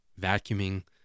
vacuuming